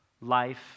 life